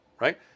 right